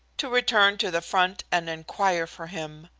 to return to the front and inquire for him.